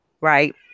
right